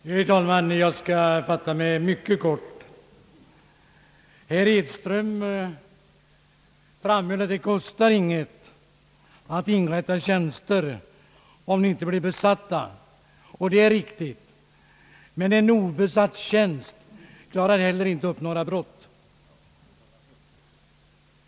Herr talman! Jag skall fatta mig mycket kort. Herr Edström framhöll att det inte kostar någonting att inrätta tjänster, om de inte blir besatta. Det är ju riktigt, men en obesatt tjänst klarar heller inte upp några brott.